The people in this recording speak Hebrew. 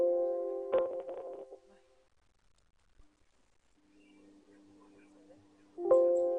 הבאים את תוצאות המיצב בשני פרמטרים: אחד מהם,